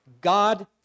God